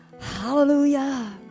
Hallelujah